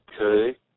Okay